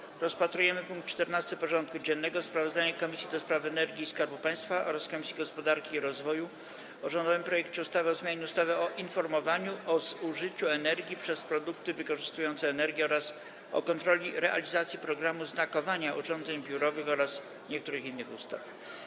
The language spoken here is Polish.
Powracamy do rozpatrzenia punktu 14. porządku dziennego: Sprawozdanie Komisji do Spraw Energii i Skarbu Państwa oraz Komisji Gospodarki i Rozwoju o rządowym projekcie ustawy o zmianie ustawy o informowaniu o zużyciu energii przez produkty wykorzystujące energię oraz o kontroli realizacji programu znakowania urządzeń biurowych oraz niektórych innych ustaw.